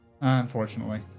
Unfortunately